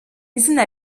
izana